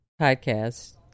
podcast